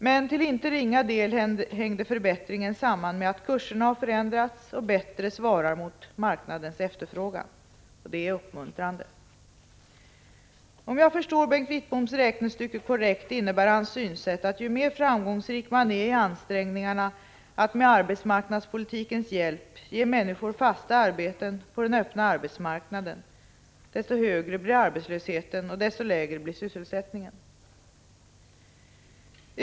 Men till inte ringa del hängde förbättringen samman med att kurserna har förändrats och bättre svarar mot marknadens efterfrågan. Det är uppmuntrande! Om jag förstår Bengt Wittboms räknestycke korrekt innebär hans synsätt att ju mer framgångsrik man är i ansträngningarna att med arbetsmarknadspolitikens hjälp ge människor fasta arbeten på den öppna arbetsmarknaden, desto högre blir arbetslösheten och desto lägre blir sysselsättningen.